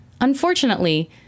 Unfortunately